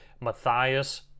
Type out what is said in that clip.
Matthias